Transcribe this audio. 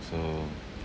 so